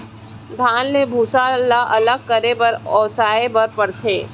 धान ले भूसा ल अलग करे बर ओसाए बर परथे